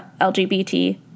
LGBT